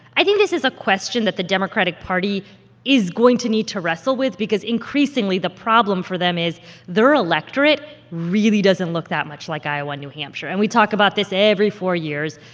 i think this is a question that the democratic party is going to need to wrestle with because increasingly, the problem for them is their electorate really doesn't look that much like iowa and new hampshire. and we talk about this every four years,